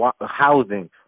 housing